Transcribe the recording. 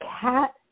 cat